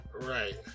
Right